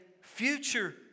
future